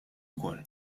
ukoll